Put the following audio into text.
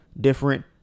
different